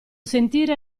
sentire